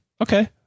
Okay